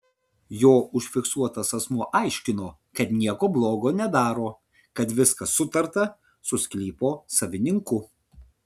jo užfiksuotas asmuo aiškino kad nieko blogo nedaro kad viskas sutarta su sklypo savininku